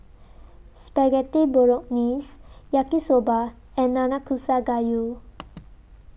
Spaghetti Bolognese Yaki Soba and Nanakusa Gayu